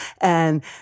And-